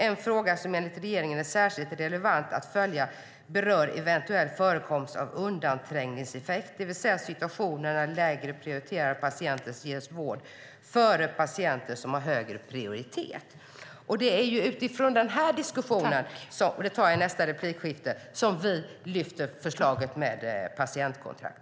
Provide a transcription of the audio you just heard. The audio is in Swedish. En fråga som enligt regeringen är särskilt relevant att följa berör eventuell förekomst av undanträngningseffekter, det vill säga situationer när lägre prioriterade patienter ges vård före patienter som har högre prioritet. Det är utifrån den här diskussionen - och det tar jag upp i nästa replikskifte - som vi lyfter fram förslaget om patientkontrakt.